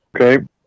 Okay